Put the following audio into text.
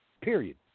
period